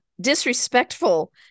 Disrespectful